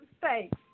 Thanks